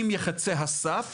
אם יחצה הסף